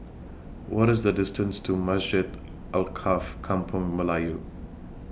What IS The distance to Masjid Alkaff Kampung Melayu